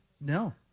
No